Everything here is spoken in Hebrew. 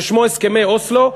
ששמו הסכמי אוסלו,